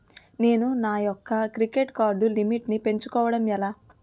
నేను నా యెక్క క్రెడిట్ కార్డ్ లిమిట్ నీ పెంచుకోవడం ఎలా?